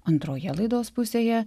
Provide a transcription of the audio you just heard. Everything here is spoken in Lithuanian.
antroje laidos pusėje